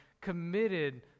committed